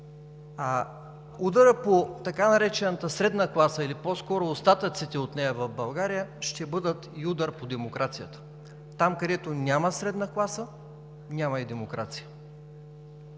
а ударът по така наречената средна класа в България, или по-скоро остатъците от нея, ще бъде и удар по демокрацията. Там, където няма средна класа, няма и демокрация.